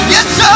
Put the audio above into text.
Yes